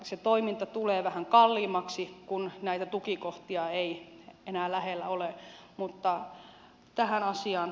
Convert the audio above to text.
se toiminta tulee vähän kalliimmaksi kun näitä tukikohtia ei enää lähellä ole